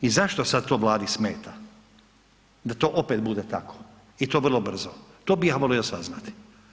I zašto sad to Vladi smeta da to opet bude tako i to vrlo brzo, to bih ja volio saznati.